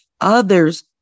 others